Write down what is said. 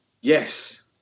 yes